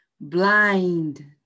Blind